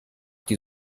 die